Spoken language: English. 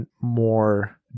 more